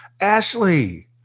Ashley